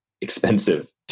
expensive